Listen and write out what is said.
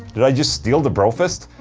did i just steal the brofist?